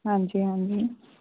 ਹਾਂਜੀ ਹਾਂਜੀ